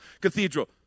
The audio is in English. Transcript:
Cathedral